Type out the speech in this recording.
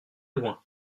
loin